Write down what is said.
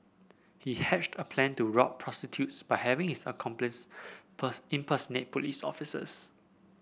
he hatched a plan to rob prostitutes by having his accomplices impersonate police officers